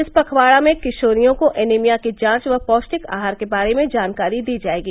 इस पखवाड़ा में किशोरियों को एनीमिया की जांच व पौष्टिक आहार के बारे में जानकारी दी जाएगी